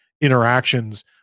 interactions